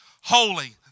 holy